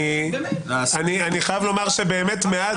אני חייב לומר שמאז